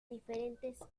diferentes